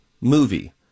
movie